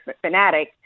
fanatic